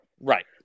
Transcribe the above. right